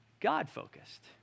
God-focused